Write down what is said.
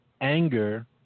Anger